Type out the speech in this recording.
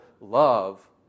love